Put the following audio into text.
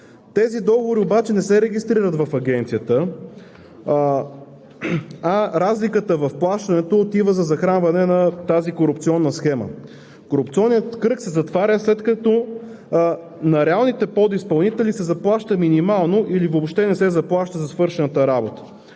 Тези договори обаче не се регистрират в Агенцията, а разликата в плащането отива за захранване на корупционната схема и корупционният кръг се затваря, след като на реалните подизпълнители се заплаща минимално или въобще не се заплаща за свършената работа.